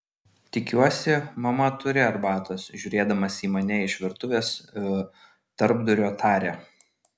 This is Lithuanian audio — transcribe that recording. tikiuosi mama turi arbatos žiūrėdamas į mane iš virtuvės tarpdurio taria